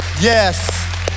yes